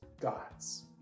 gods